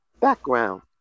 background